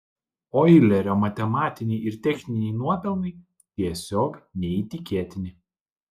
oilerio matematiniai ir techniniai nuopelnai tiesiog neįtikėtini